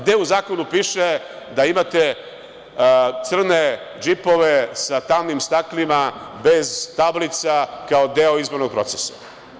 Gde u zakonu piše da imate crne džipove sa tamnim staklima bez tablica, kao deo izbornog procesa?